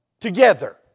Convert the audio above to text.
together